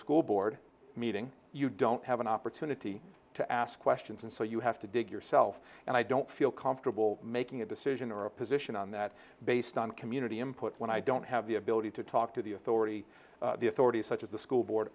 school board meeting you don't have an opportunity to ask questions and so you have to dig yourself and i don't feel comfortable making a decision or a position on that based on community input when i don't have the ability to talk to the authority the authority such as the school board